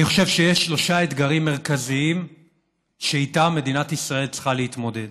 אני חושב שיש שלושה אתגרים מרכזיים שאיתם מדינת ישראל צריכה להתמודד